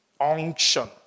Unction